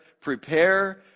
Prepare